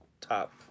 top